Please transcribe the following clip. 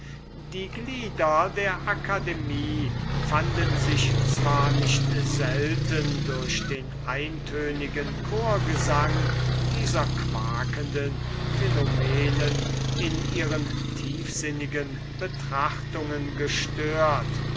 die glieder der akademie fanden sich zwar nicht selten durch den eintönigen chorgesang dieser quakenden philomelen in ihren tiefsinnigen betrachtungen gestört